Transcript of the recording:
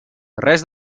res